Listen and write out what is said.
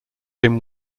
him